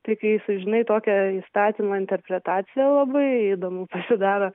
tai kai sužinai tokią įstatymo interpretaciją labai įdomu pasidaro